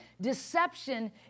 deception